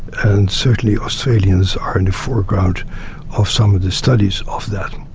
and certainly australians are in the foreground of some of the studies of that.